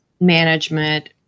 management